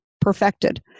perfected